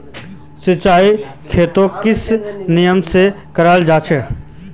सिंचाई खेतोक किस नियम से कराल जाहा जाहा?